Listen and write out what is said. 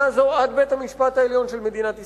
הזאת עד בית-המשפט העליון של מדינת ישראל.